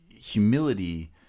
humility